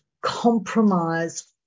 compromise